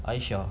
aisha